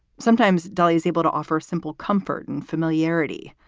sometimes delay is able to offer simple comfort and familiarity.